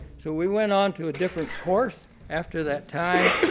so we went on to a different course after that time.